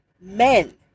men